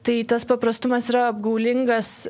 tai tas paprastumas yra apgaulingas